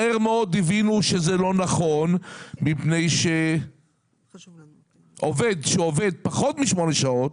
מהר מאוד הבינו שזה לא נכון מפני שעובד שמועסק פחות משמונה שעות,